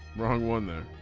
wrong one.